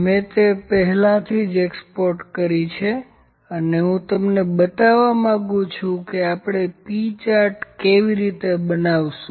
મેં તે પહેલાથી જ એક્સપોર્ટ કરી છે અને તમને બતાવવા માંગું છું કે આપણે પી ચાર્ટ કેવી રીતે બનાવીશું